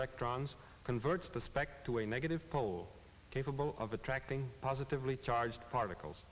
electrons converts the spec to a negative pole capable of attracting positively charged particles